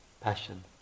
passion